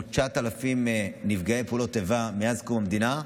9,000 נפגעי פעולות איבה מאז קום המדינה,